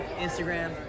Instagram